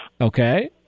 Okay